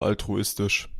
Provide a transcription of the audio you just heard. altruistisch